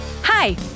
Hi